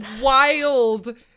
wild